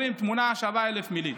אומרים: תמונה שווה אלף מילים.